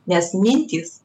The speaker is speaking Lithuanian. nes mintys